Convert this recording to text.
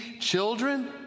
children